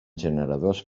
generadors